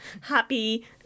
happy